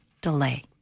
delay